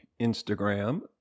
instagram